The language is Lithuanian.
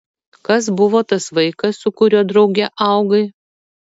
kas buvo tas vaikas su kuriuo drauge augai